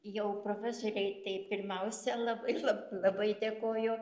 jau profesorei tai pirmiausia labai lab labai dėkoju